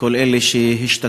וכל אלה שהשתתפו.